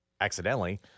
accidentally